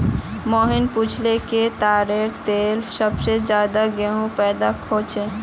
मोहिनी पूछाले कि ताडेर तेल सबसे ज्यादा कुहाँ पैदा ह छे